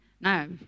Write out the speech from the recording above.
No